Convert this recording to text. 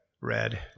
Red